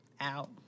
out